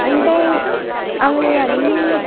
అంటే అవి అన్నీ